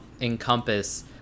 encompass